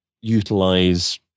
utilize